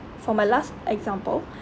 for my last example